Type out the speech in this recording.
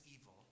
evil